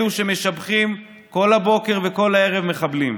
אלו שמשבחים כל הבוקר וכל הערב מחבלים,